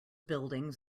buildings